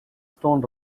stone